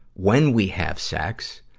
when we have sex,